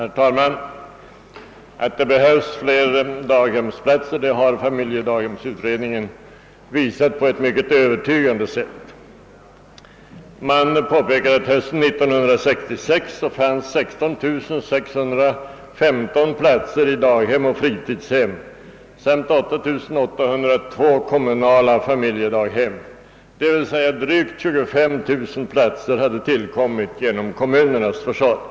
Herr talman! Att det behövs fler daghemsplatser har familjedaghemsutred ningen visat på ett mycket övertygande sätt. Man påpekar att det hösten 1966 fanns 16615 platser på daghem och fritidshem samt 8 802 kommunala familjedaghem. Det betyder att 25 000 platser hade tillkommit genom kommunernas försorg.